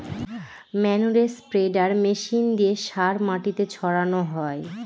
ম্যানুরে spreader machine দিয়ে সার মাটিতে ছড়ানো হয়